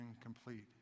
complete